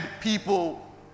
people